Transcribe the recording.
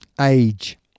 Age